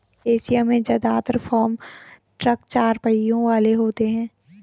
Asia में जदात्र farm truck चार पहियों वाले होते हैं